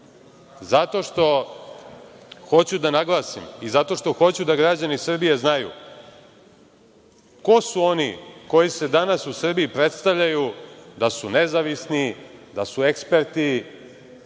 zato što hoću da naglasim i zato što hoću da građani Srbije znaju ko su oni koji se danas u Srbiji predstavljaju da su nezavisni, da su eksperti,